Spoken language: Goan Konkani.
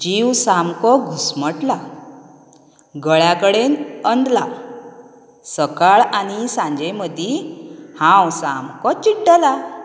जीव सामको घुस्मटला गळ्या कडेन अंदला सकाळ आनी सांजे मदी हांव सामको चिड्डला